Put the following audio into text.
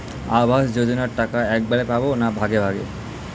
আবাস যোজনা টাকা একবারে পাব না ভাগে ভাগে?